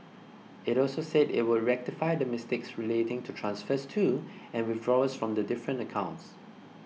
it also said it would rectify the mistakes relating to transfers to and withdrawals from the different accounts